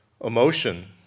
emotion